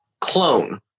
clone